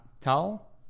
towel